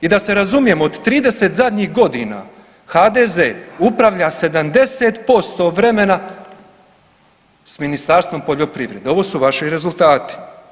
I da se razumijemo, od 30 zadnjih godina, HDZ upravlja 70% vremena s Ministarstvom poljoprivrede, ovo su vaši rezultati.